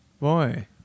Boy